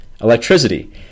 electricity